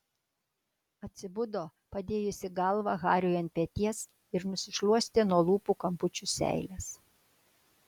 atsibudo padėjusi galvą hariui ant peties ir nusišluostė nuo lūpų kampučių seiles